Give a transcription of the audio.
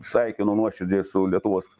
sveikinu nuoširdžiai su lietuvos